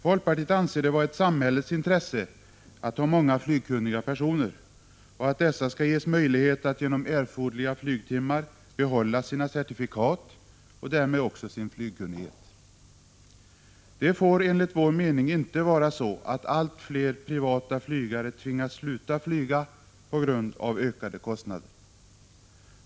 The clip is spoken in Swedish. Folkpartiet anser det vara ett samhällets intresse att ha många flygkunniga personer och att dessa skall ges möjligheter att genom erforderliga flygtimmar behålla sina certifikat och därmed också sin flygkunnighet. Det får enligt vår mening inte vara så att allt fler privata flygare tvingas sluta flyga på grund av ökade kostnader.